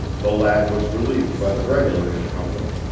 the lad was relieved by the regular incumbent,